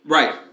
Right